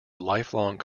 lifelong